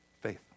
faith